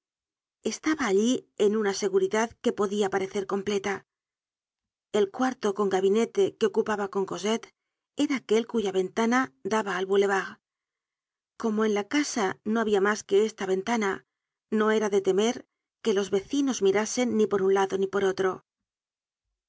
estaba allí en una seguridad que podia parecer completa el cuarto con gabinete que ocupaba con cosette era aquel cuya ventana daba al boulevard como en la casa no habia mas que esta ventana no era de temer que los vecinos mirasen ni por un lado ni por otro